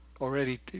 already